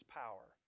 power